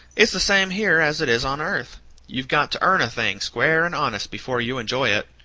it's the same here as it is on earth you've got to earn a thing, square and honest, before you enjoy it.